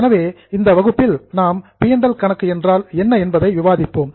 எனவே இன்று இந்த வகுப்பில் நாம் பி மற்றும் ல் கணக்கு என்றால் என்ன என்பதை விவாதிப்போம்